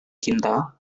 cinta